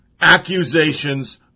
accusations